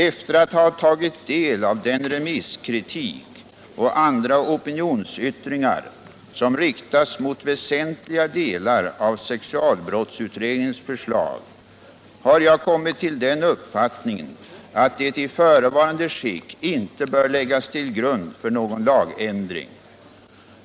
Efter att ha tagit del av den remisskritik och andra opinionsyttringar som riktats mot väsentliga delar av sexualbrottsutredningens förslag har jag kommit till den uppfattningen att det i förevarande skick inte bör läggas till grund för någon lagändring.